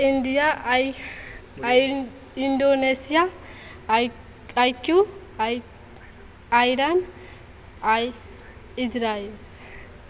India I I Indonesia I I Q I Iran I Israel